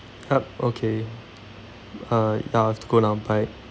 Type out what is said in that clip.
yup okay uh ya I have to go now bye